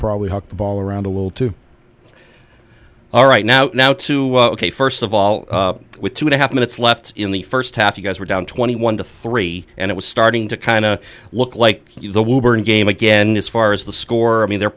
probably have the ball around a little too all right now now to first of all with two and a half minutes left in the first half you guys were down twenty one to three and it was starting to kind of look like the wilburn game again as far as the score i mean they're